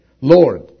Lord